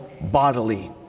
bodily